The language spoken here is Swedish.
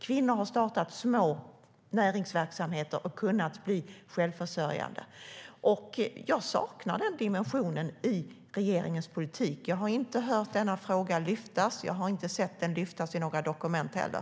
Kvinnor har startat små näringsverksamheter och kunnat bli självförsörjande. Jag saknar den dimensionen i regeringens politik. Jag har inte hört denna fråga lyftas. Jag har inte sett den lyftas i några dokument heller.